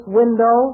window